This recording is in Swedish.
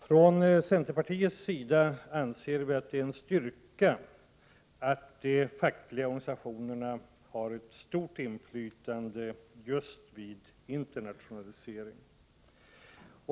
Från centerpartiets sida anser vi att det är en styrka att de fackliga organisationerna har ett stort inflytande just vid internationalisering.